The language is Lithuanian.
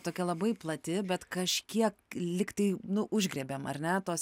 tokia labai plati bet kažkiek lyg tai nu užgriebėm ar ne tos